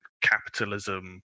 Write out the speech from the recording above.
capitalism